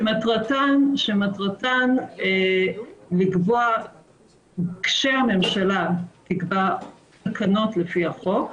שמטרתן לקבוע - כשהממשלה תקבע תקנות לפי החוק,